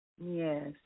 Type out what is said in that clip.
Yes